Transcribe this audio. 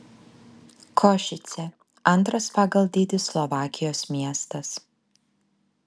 košicė antras pagal dydį slovakijos miestas